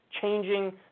changing